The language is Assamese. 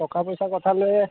টকা পইচাৰ কথা লৈয়ে